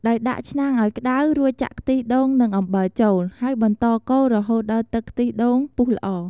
ដោយដាក់ឆ្នាំងអោយក្ដៅ រួចចាក់ខ្ទិះដូង និងអំបិលចូល ហើយបន្តកូររហូតដល់ទឹកខ្ទិះដូងពុះល្អ។